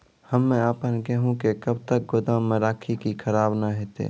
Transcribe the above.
हम्मे आपन गेहूँ के कब तक गोदाम मे राखी कि खराब न हते?